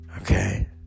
Okay